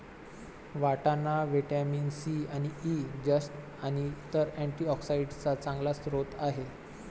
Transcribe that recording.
वाटाणा vitamin C आणि E, जस्त आणि इतर अँटीऑक्सिडेंट्सचा चांगला स्रोत आहे